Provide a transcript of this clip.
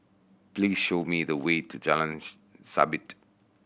please show me the way to Jalan Sabit